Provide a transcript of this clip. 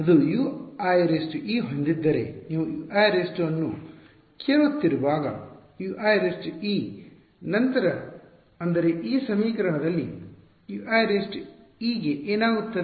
ಅದು Uie ಹೊಂದಿದ್ದರೆ ನೀವು Uie ಅನ್ನು ಕೇಳುತ್ತಿರುವಾಗ U ie ನಂತರ ಅಂದರೆ ಈ ಸಮೀಕರಣದಲ್ಲಿ U ie ಗೆ ಏನಾಗುತ್ತದೆ